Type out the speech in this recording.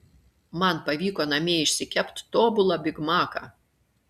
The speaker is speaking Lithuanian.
man pavyko namie išsikept tobulą bigmaką